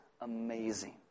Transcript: amazing